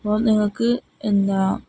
അപ്പോള് നിങ്ങള്ക്ക് എന്താണ്